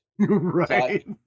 Right